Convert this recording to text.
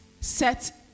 set